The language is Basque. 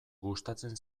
gustatzen